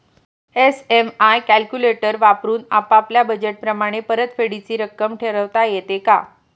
EMI calculator वापरून आपापल्या budget प्रमाणे परतफेडीची रक्कम ठरवता येते का?